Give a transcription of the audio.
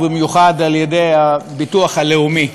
ובמיוחד על-ידי הביטוח הלאומי.